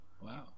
wow